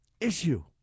issue